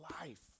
life